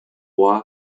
roi